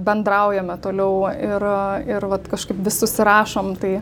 bendraujame toliau ir ir vat kažkaip vis susirašom tai